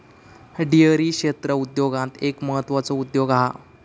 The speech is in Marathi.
डेअरी क्षेत्र उद्योगांत एक म्हत्त्वाचो उद्योग हा